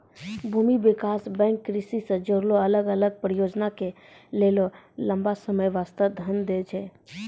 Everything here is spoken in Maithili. भूमि विकास बैंक कृषि से जुड़लो अलग अलग परियोजना के लेली लंबा समय बास्ते धन दै छै